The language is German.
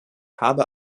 habe